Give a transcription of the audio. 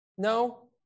No